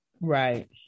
Right